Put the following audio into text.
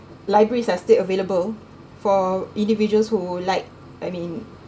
libraries are still available for individuals who like I mean